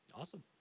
Awesome